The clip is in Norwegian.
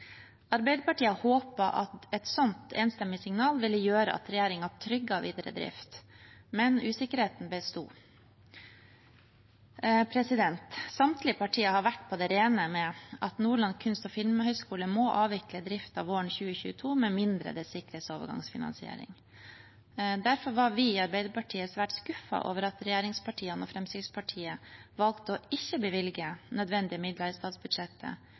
Arbeiderpartiet hadde håpet at et sånt enstemmig signal ville gjøre at regjeringen trygget videre drift. Men usikkerheten besto. Samtlige partier har vært på det rene med at Nordland kunst- og filmhøgskole må avvikle driften våren 2022 med mindre det sikres overgangsfinansiering. Derfor var vi i Arbeiderpartiet svært skuffet over at regjeringspartiene og Fremskrittspartiet valgte ikke å bevilge nødvendige midler i statsbudsjettet